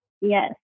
Yes